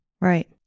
Right